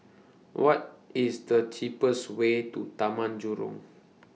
What IS The cheapest Way to Taman Jurong